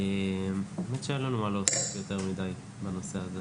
אין לנו יותר מדי מה להוסיף בנושא הזה.